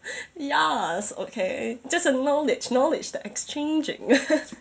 ya okay 这是 knowledge knowledge 的 exchanging